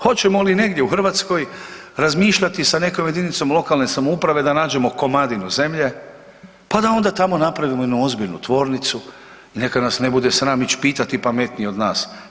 Hoćemo li negdje u Hrvatskoj razmišljati sa nekom jedinicom lokalne samouprave da nađemo komadinu zemlje, pa da onda tamo napravimo jednu ozbiljnu tvornicu i neka nas ne bude sram ići pitati pametnije od nas.